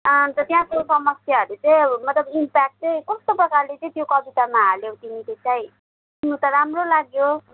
अन्त त्यहाँको समस्याहरू चाहिँ अब मतलब इम्प्याक्ट चाहिँ कस्तो प्रकारले चाहिँ त्यो कवितामा हाल्यौ तिमीले चाहिँ सुन्नु त राम्रो लाग्यो